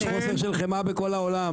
יש חוסר של חמאה בכל העולם.